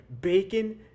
bacon